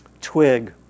twig